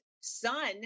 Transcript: son